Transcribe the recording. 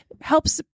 helps